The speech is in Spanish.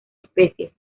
especies